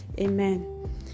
Amen